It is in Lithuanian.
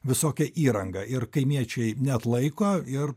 visokia įranga ir kaimiečiai neatlaiko ir